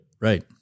Right